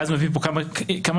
ואז מביאים פה כמה נימוקים.